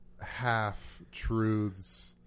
half-truths